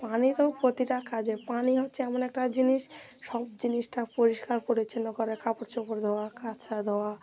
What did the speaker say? পানি তো প্রতিটা কাজে পানি হচ্ছে এমন একটা জিনিস সব জিনিসটা পরিষ্কার পরিচ্ছন্ন করে কাপড় চোপড় ধোয়া কাচা ধোয়া